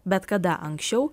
bet kada anksčiau